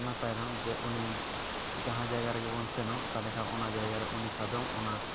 ᱚᱱᱟ ᱛᱟᱭᱱᱚᱢ ᱡᱮ ᱩᱱᱤ ᱡᱟᱦᱟᱸ ᱡᱟᱭᱜᱟ ᱨᱮᱜᱮᱵᱚᱱ ᱥᱮᱱᱚᱜ ᱛᱟᱦᱚᱞᱮ ᱠᱷᱟᱱ ᱚᱱᱟ ᱡᱟᱭᱜᱟᱨᱮ ᱩᱱᱤ ᱥᱟᱫᱚᱢ ᱚᱱᱟ